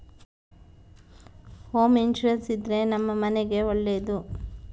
home insurance ಇದ್ರೆ ನಮ್ ಮನೆಗ್ ಒಳ್ಳೇದು